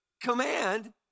command